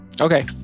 okay